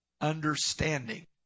understanding